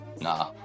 Nah